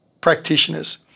practitioners